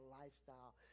lifestyle